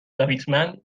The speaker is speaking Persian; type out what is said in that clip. لاویتمن